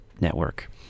network